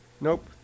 Nope